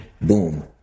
boom